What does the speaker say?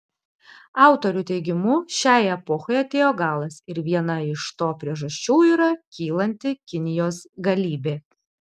autorių teigimu šiai epochai atėjo galas ir viena iš to priežasčių yra kylanti kinijos galybė